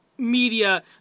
media